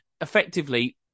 effectively